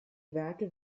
werke